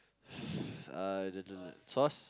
uh the the the sauce